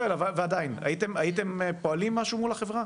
ועדיין, הייתם פועלים בדרך כלשהי מול החברה?